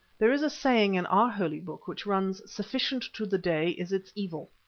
there is a saying in our holy book which runs sufficient to the day is its evil